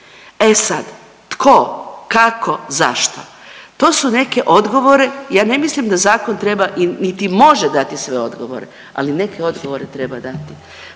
E sad, tko, kako, zašto? To su neki odgovori, ja ne mislim da zakon treba, niti može dati sve odgovore, ali neke odgovore treba dati.